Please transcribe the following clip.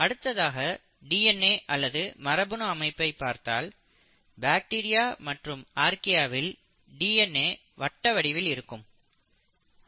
அடுத்ததாக டிஎன்ஏ அல்லது மரபணு அமைப்பை பார்த்தால் பாக்டீரியா மற்றும் ஆர்க்கியாவில் டிஎன்ஏ வட்ட வடிவில் இருக்கும்